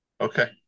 Okay